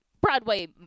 Broadway